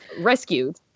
rescued